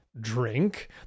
drink